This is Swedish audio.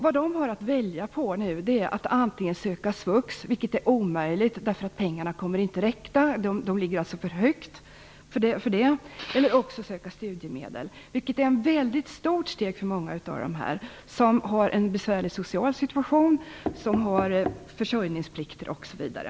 Vad de nu har att välja på är antingen att ansöka om SVUX - vilket är omöjligt att få, eftersom pengarna inte kommer att räcka också till dem - eller att ansöka om studiemedel. Det senare är ett mycket stort steg att ta för de många av dem som har en besvärlig social situation, försörjningsplikter osv.